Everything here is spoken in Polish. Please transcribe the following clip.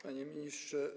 Panie Ministrze!